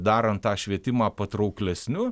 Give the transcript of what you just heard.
darant tą švietimą patrauklesniu